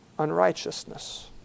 unrighteousness